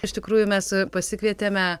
iš tikrųjų mes pasikvietėme